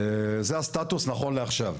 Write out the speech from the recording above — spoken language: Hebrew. זה הסטטוס נכון לעכשיו.